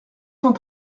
cent